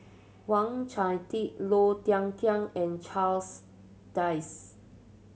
Wang Chunde Low Thia Khiang and Charles Dyce